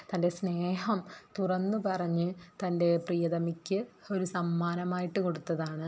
തൻ്റെ സ്നേഹം തുറന്നു പറഞ്ഞ് തൻ്റെ പ്രിയതമയ്ക്ക് ഒരു സമ്മാനമായിട്ടു കൊടുത്തതാണ്